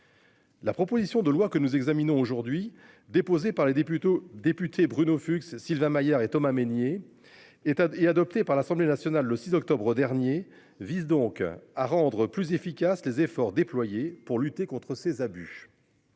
La proposition de loi que nous examinons aujourd'hui déposée par les des plutôt député Bruno Fuchs Sylvain Maillard et Thomas Mesnier, état et adopté par l'Assemblée nationale le 6 octobre dernier vise donc à rendre plus efficaces les efforts déployés pour lutter contre ces abus.--